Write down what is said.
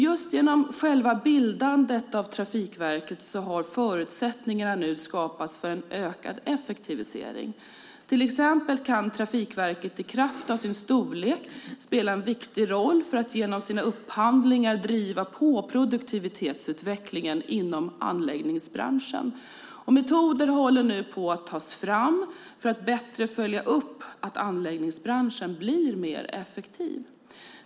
Just genom själva bildandet av Trafikverket har förutsättningar nu skapats för en ökad effektivisering. Till exempel kan Trafikverket i kraft av sin storlek spela en viktig roll för att genom sina upphandlingar driva på produktivitetsutvecklingen inom anläggningsbranschen. Metoder håller nu på att tas fram för att bättre följa upp att anläggningsbranschen blir mer effektiv.